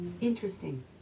Interesting